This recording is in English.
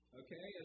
okay